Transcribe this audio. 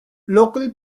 local